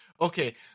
Okay